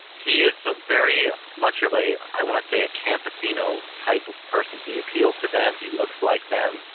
he is ah very much of a i want to say a campasino type of person he appeals to them, he looks like them,